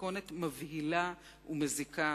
במתכונת מבהילה ומזיקה